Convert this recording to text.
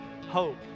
hope